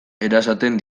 erasaten